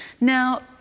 Now